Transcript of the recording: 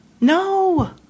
no